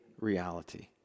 reality